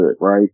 right